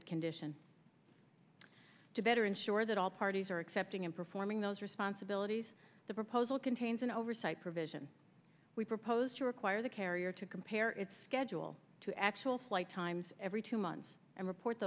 fit condition to better ensure that all parties are accepting and performing those responsibilities the proposal contains an oversight provision we propose to require the carrier to compare its schedule to actual flight times every two months and report